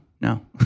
no